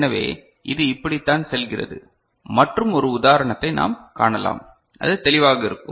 எனவே இது இப்படித்தான் செல்கிறது மற்றும் ஒரு உதாரணத்தை நாம் காணலாம் அது தெளிவாக இருக்கும்